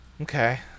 Okay